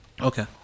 Okay